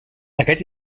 aquest